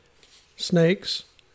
snakes